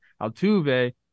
Altuve